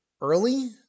early